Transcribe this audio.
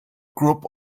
group